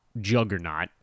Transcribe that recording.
juggernaut